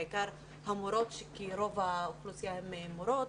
בעיקר המורות כי רוב האוכלוסייה הן מורות,